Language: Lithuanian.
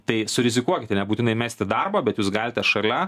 tai surizikuokite nebūtinai mesti darbą bet jūs galite šalia